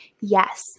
Yes